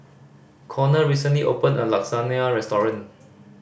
Konner recently opened a Lasagna Restaurant